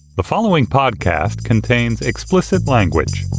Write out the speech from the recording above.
the following podcast contains explicit language